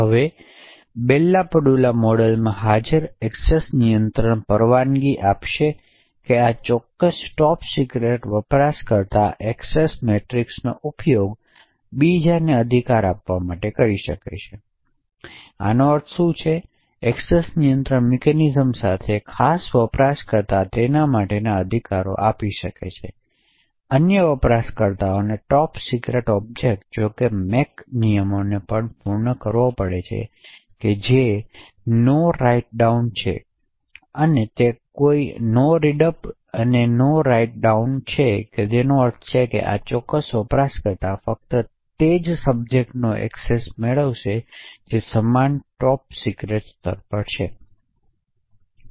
હવે Bell LaPadula મોડેલમાં હાજર એક્સેસ નિયંત્રણ પરવાનગી આપશે કે આ ચોક્કસ ટોપ સિક્રેટ વપરાશકર્તા એક્સેસ મેટ્રિક્સનો ઉપયોગ બીજાને અધિકારો આપવા માટે કરી શકે છે તેથી આનો અર્થ શું છે એક્સેસ નિયંત્રણ મિકેનિઝમ સાથે ખાસ વપરાશકર્તા તેના માટે અધિકારો આપી શકે છે અન્ય વપરાશકર્તાઓને ટોપ સિક્રેટ ઓબ્જેક્ટ્સ જો કે MAC નિયમોને પણ પૂર્ણ કરવો પડશે જે નો રાઇટ ડાઉન છે અને તે કોઈ "નો રીડ અપ" અને નો રાઇટ ડાઉન છે તેનો અર્થ એ છે કે આ ચોક્કસ વપરાશકર્તાને ફક્ત તે જ સબ્જેક્ટની એક્સેસ મળે છે જે સમાન ટોપ સિક્રેટ સ્તર પર છે